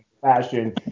Fashion